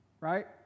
right